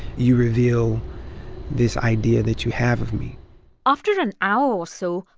you reveal this idea that you have of me after an hour or so,